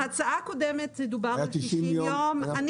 בהצעה הקודמת דובר על 60 יום.